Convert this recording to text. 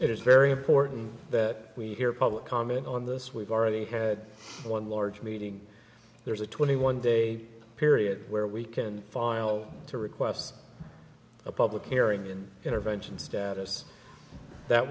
it is very important that we hear public comment on this we've already had one large meeting there's a twenty one day period where we can file to request a public hearing and intervention status that